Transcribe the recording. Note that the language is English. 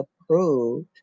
approved